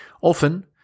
Often